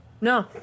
No